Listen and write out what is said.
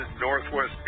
Northwest